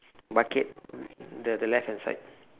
bucket the the left hand side